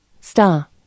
star